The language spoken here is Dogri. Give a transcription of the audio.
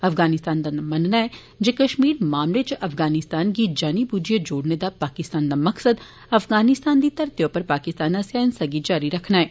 अफगानिस्तान दा मनना ऐ जे कश्मीर मामले इच अफगानिस्तान गी जानी बुझिए जोड़ने दा पाकिस्तान दा मकसद अफगानिस्तान दी धरतै उप्पर हिंसा गी जारी रक्खना ऐ